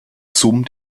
zum